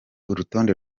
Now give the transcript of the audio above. urutonde